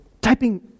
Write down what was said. typing